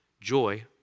joy